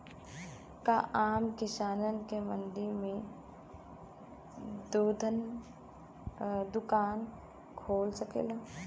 का आम किसान भी मंडी में दुकान खोल सकेला?